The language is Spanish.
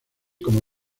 como